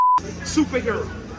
superhero